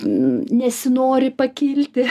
nesinori pakilti